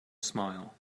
smile